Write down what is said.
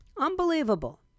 Unbelievable